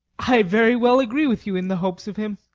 i very well agree with you in the hopes of him.